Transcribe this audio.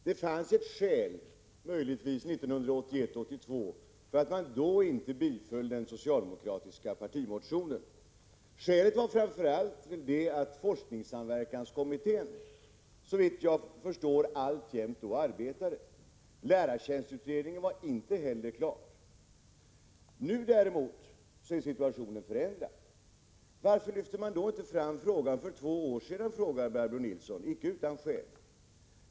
Fru talman! Det fanns möjligtvis ett skäl 1981/82 till att man inte biföll den socialdemokratiska partimotionen. Skälet var framför allt att forskningssamverkanskommittén, såvitt jag förstår, alltjämt arbetade. Lärartjänstutredningen var inte heller klar. Nu däremot är situationen förändrad. Varför lyfte man då inte fram frågan för två år sedan, frågade Barbro Nilsson, icke utan skäl.